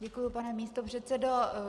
Děkuji, pane místopředsedo.